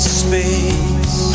space